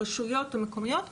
ברשויות המקומיות,